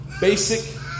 basic